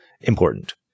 important